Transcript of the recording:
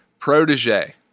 Protege